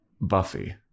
Buffy